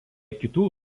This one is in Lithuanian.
kitų